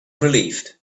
relieved